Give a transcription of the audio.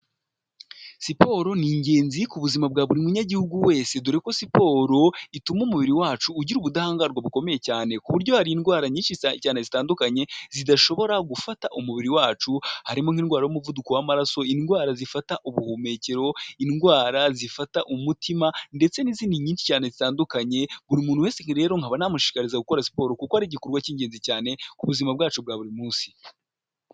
Siporo ni ingenzi ku buzima bwa buri munyagihugu wese, dore ko siporo ituma umubiri wacu ugira ubudahangarwa bukomeye cyane ku buryo hari indwara nyinshi cyane zitandukanye zidashobora gufata umubiri wacu, harimo nk'indwara y'umuvuduko w'amaraso, indwara zifata ubuhumekero, indwara zifata umutima ndetse n'izindi nyinshi cyane zitandukanye. Buri muntu wese rero nkaba namushishikariza gukora siporo, kuko ari igikorwa cy'ingenzi cyane ku buzima bwacu bwa buri munsi.